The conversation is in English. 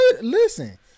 Listen